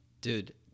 Dude